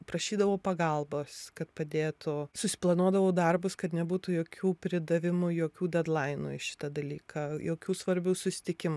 prašydavau pagalbos kad padėtų susiplanuodavau darbus kad nebūtų jokių pridavimų jokių dedlainų į šitą dalyką jokių svarbių susitikimų